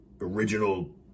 original